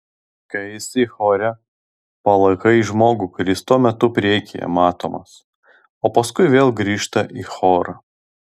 kai esi chore palaikai žmogų kuris tuo metu priekyje matomas o paskui vėl grįžta į chorą